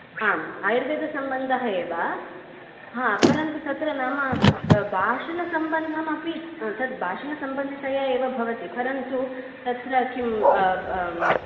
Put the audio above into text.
आम् आयुर्वेदसम्बन्धः एव हा परन्तु तत्र नाम भाषणसम्बन्धमपि तत् भाषणसम्बन्धितया एव भवति परन्तु तत्र किम्